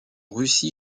russie